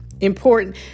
Important